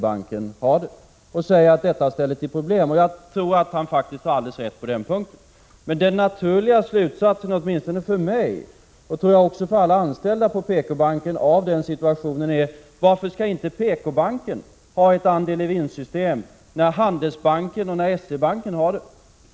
Han säger att detta ställer till problem, och jag tror att han faktiskt har alldeles rätt på den punkten. Men den naturliga slutsatsen åtminstone för mig och jag tror för alla anställda på PKbanken utifrån den situationen är: Varför skall inte PKbanken ha ett andel-i-vinst-system när Handelsbanken och S-E-banken har det?